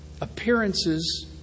appearances